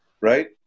right